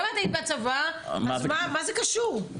גם אני הייתי בצבא, מה זה קשור?